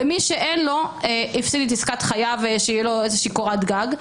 ומי שאין לו הפסיד את עסקת חייו שתהיה לו קורת גג.